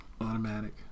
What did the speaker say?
automatic